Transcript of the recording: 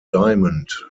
diamond